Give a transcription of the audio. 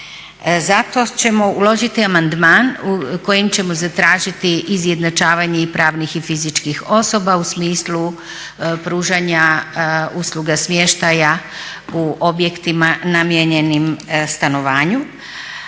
Zato ćemo uložiti amandman kojim ćemo zatražiti izjednačavanje i pravnih i fizičkih osoba u smislu pružanja usluga smještaja u objektima namijenjenim stanovanju.